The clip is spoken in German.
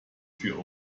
für